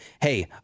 Hey